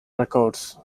records